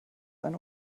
eine